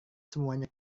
semuanya